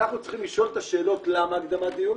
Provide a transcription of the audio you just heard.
אנחנו צריכים לשאול את השאלות למה הקדמת דיון?